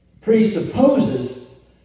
presupposes